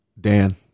Dan